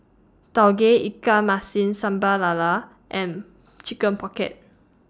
Tauge Ikan Masin Sambal Lala and Chicken Pocket